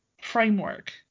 framework